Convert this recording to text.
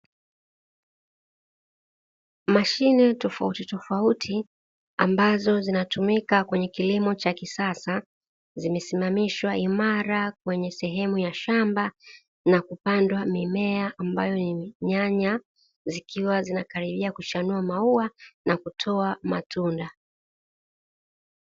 Mashine tofautitofauti ambazo zinatumika kwenye kilimo cha kisasa, zimesimamishwa imara kwenye sehemu ya shamba na kupandwa mimea ambayo ni nyanya, zikiwa zinakaribia kuchanua maua na kutoa matunda.